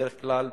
בדרך כלל,